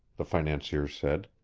the financier said.